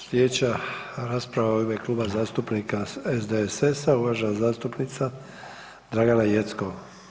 Slijedeća rasprava u ime Kluba zastupnika SDSS-a uvažena zastupnica Dragana Jeckov.